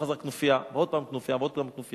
חזר על "כנופיה" ועוד פעם "כנופיה" ועוד פעם "כנופיה".